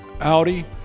Audi